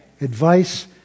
advice